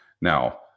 now